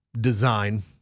design